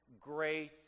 grace